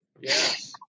yes